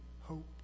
hope